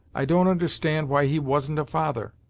i don't understand why he wasn't a father.